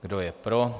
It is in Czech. Kdo je pro?